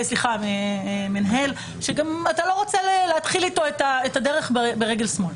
מנהל שאתה לא רוצה להתחיל איתו את הדרך ברגל שמאל.